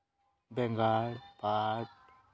ᱵᱮᱸᱜᱟᱲ ᱯᱟᱴ